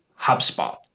HubSpot